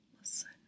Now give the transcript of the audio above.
listen